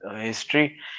history